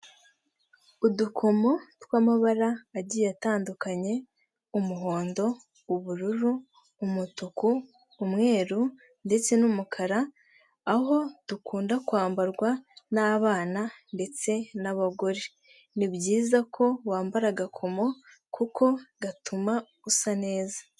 Udukomo twamabara agiye atandukanye umuhondo, ubururu, umutuku, umweru ndetse n'umukara aho dukunda kwambarwa n'abana ndetse n'abagore ni byiza ko wambara agakomo kuko gatuma usa neza.